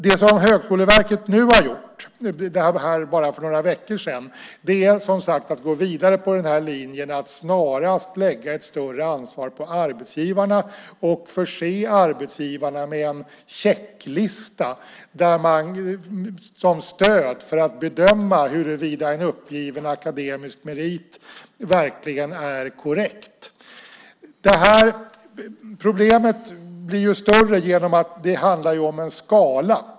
Det som Högskoleverket nu har gjort för bara några veckor sedan är som sagt att man har gått vidare på linjen att snarast lägga ett större ansvar på arbetsgivarna och förse arbetsgivarna med en checklista som stöd för att bedöma huruvida en uppgiven akademisk merit verkligen är korrekt. Problemet blir större genom att det handlar om en skala.